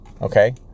Okay